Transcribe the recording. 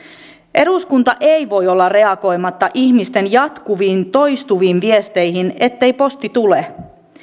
eduskunta ei voi olla reagoimatta ihmisten jatkuviin toistuviin viesteihin ettei posti tule